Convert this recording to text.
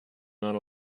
not